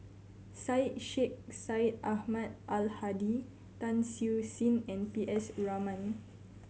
Syed Sheikh Syed Ahmad Al Hadi Tan Siew Sin and P S Raman